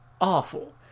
Awful